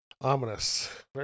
Ominous